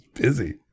Busy